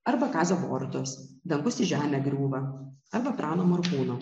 arba kazio borutos dangus į žemę griūva arba prano morkūno